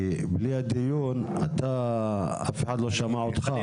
כי בלי הדיון אף אחד לא שמע אותך.